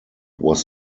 was